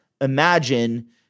Imagine